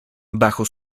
bajo